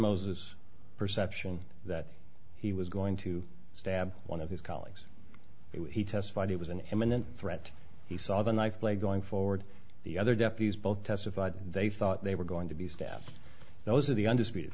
moses perception that he was going to stab one of his colleagues he testified he was an imminent threat he saw the knife blade going forward the other deputies both testified they thought they were going to be stabbed those are the undisputed